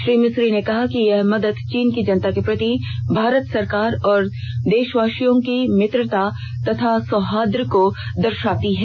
श्री मिस्री ने कहा कि यह मदद चीन की जनता के प्रति भारत सरकार और देशवासियों की मित्रता तथा सौहार्द को दर्शाती है